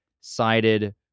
sided